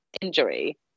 injury